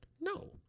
No